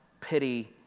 pity